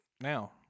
Now